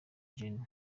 gen